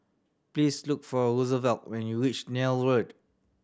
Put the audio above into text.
please look for Rosevelt when you reach Neil Road